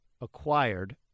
acquired